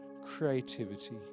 creativity